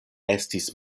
estis